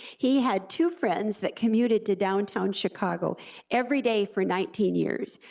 he had two friends that commuted to downtown chicago every day for nineteen years,